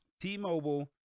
T-Mobile